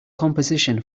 composition